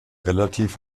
relativ